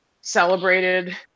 celebrated